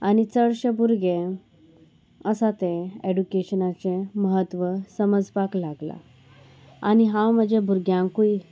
आनी चडशे भुरगे आसा ते एडुकेशनाचें म्हत्व समजपाक लागला आनी हांव म्हज्या भुरग्यांकूय